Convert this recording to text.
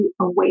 away